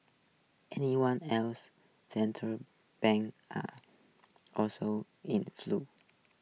anyone else central banks are also in flux